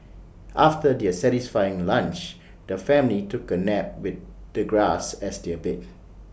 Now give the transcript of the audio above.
after their satisfying lunch the family took A nap with the grass as their bed